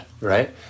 right